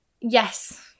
yes